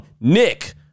Nick